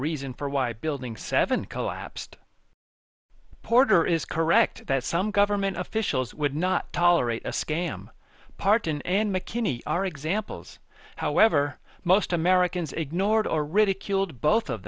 reason for why building seven collapsed porter is correct that some government officials would not tolerate a scam parton and mckinney are examples however most americans ignored or ridiculed both of